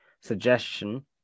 suggestion